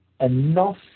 enough